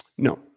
No